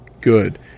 Good